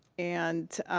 and